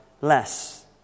less